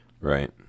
Right